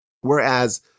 Whereas